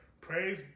praise